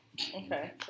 okay